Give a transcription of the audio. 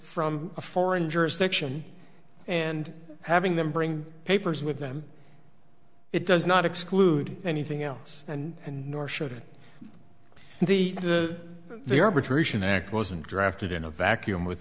from a foreign jurisdiction and having them bring papers with them it does not exclude anything else and nor should the the the arbitration act wasn't drafted in a vacuum with